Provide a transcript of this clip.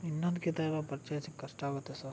ಇನ್ನೊಂದ್ಕಿತ ಇವಾಗ ಪರ್ಚೇಸಿಂಗ್ ಕಷ್ಟ ಆಗುತ್ತೆ ಸರ್